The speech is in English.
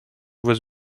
was